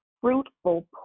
fruitful